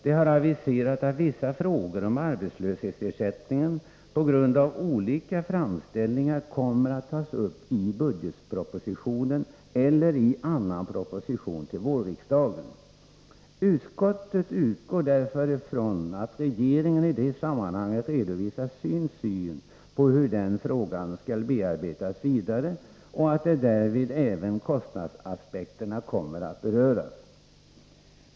Det har aviserats att vissa frågor om arbetslöshetsersättningarna på grund av olika framställningar kommer att tas upp i budgetpropositionen eller annan proposition till vårriksdagen. Utskottet utgår därför från att regeringen i det sammanhanget redovisar sin syn på hur den här frågan skall bearbetas vidare och att därvid även kostnadsaspekterna kommer att beröras.